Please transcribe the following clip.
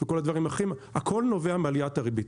וכל הדברים, הכול נובע מעליית הריבית.